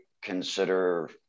Consider